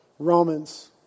Romans